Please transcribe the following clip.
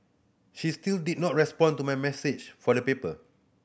she still did not respond to my message for the paper